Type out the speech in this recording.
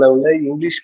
English